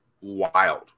wild